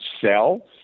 sell